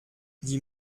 die